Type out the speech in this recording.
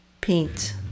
paint